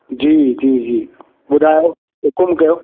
जी जी जी ॿुधायो हुकुम कयो